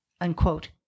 unquote